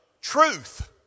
truth